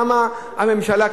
כמה הממשלה,